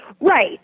Right